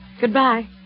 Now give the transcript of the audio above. Goodbye